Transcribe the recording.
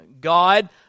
God